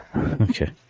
Okay